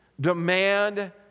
demand